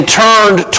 turned